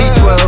V12